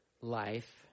life